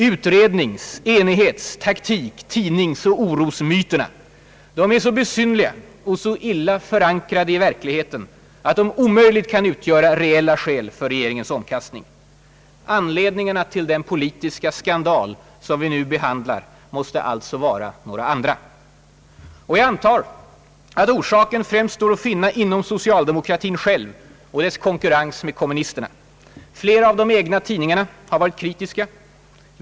Utrednings-, enighets-, taktik-, tidningsoch orosmyterna är så besynnerliga och så illa förankrade i verkligheten att de omöjligt kan utgöra reella skäl för regeringens omkastning. Anledningarna till den politiska skandal som vi nu behandlar måste alltså vara några andra. Jag antar att orsaken främst står att finna inom socialdemokratin själv och dess konkurrens med kommunisterna. Flera av de egna tidningarna har varit kritiska.